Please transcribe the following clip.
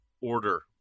order